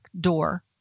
door